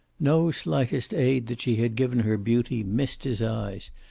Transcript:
no slightest aid that she had given her beauty missed his eyes,